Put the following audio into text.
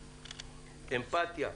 אמפתיה,